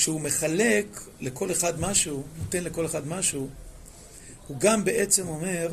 כשהוא מחלק לכל אחד משהו, נותן לכל אחד משהו, הוא גם בעצם אומר